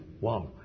wow